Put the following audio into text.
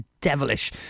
devilish